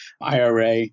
IRA